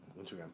Instagram